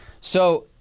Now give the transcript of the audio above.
So-